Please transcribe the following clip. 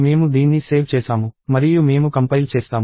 మేము దీన్ని సేవ్ చేసాము మరియు మేము కంపైల్ చేస్తాము